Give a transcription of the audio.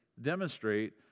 demonstrate